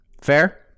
Fair